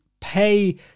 pay